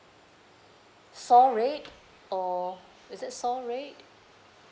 soar rate or is it soar rate